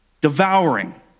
devouring